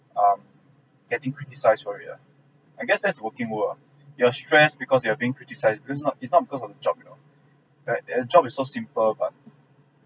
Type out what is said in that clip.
um getting criticised for it lah I guess that's the working world ah you are stress because you have been criticised because not it's not because of the job you know right and the job is so simple but